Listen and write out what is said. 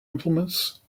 implements